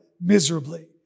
miserably